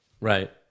Right